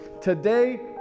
today